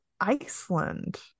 Iceland